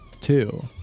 Two